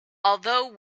although